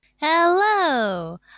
hello